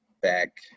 back